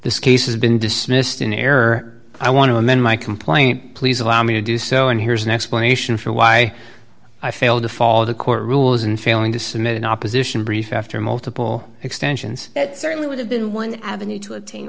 this case has been dismissed in error i want to amend my complaint please allow me to do so and here's an explanation for why i failed to follow the court rules in failing to submit an opposition brief after multiple extensions that certainly would have been one avenue to attain